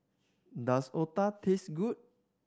does Otah taste good